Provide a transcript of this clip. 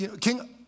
King